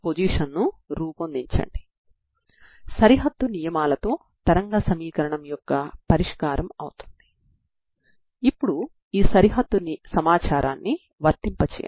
కుడివైపు 0 అవుతుంది మరియు సజాతీయ తరంగ సమీకరణాన్ని సంతృప్తి పరుస్తుంది మరియు ప్రారంభ సమాచారం 0 అవుతుంది